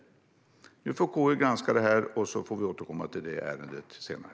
Nu får KU granska det här, och så får vi återkomma till ärendet senare.